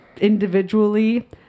individually